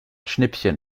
schnippchen